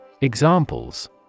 Examples